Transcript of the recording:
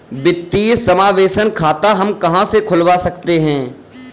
वित्तीय समावेशन खाता हम कहां से खुलवा सकते हैं?